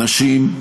אנשים,